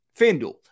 FanDuel